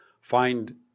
find